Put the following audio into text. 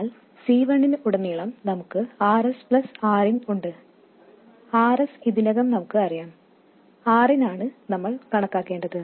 എന്നാൽ C1 നു ഉടനീളം നമുക്ക് Rs Rin ഉണ്ട് Rs ഇതിനകം നമുക്ക് അറിയാം Rin ആണ് നമ്മൾ കണക്കാക്കേണ്ടത്